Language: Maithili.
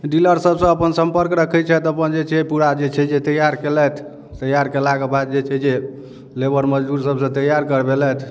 डीलर सबसँ अपन सम्पर्क रखै छथि अपन जे छै पूरा जे छै जे तैयार केलथि तैयार केला के बाद जे छै जे लेबर मजदुर सबसँ तैयार करबेलथि